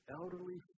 elderly